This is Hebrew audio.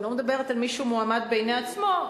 אני לא מדברת על מישהו מועמד בעיני עצמו,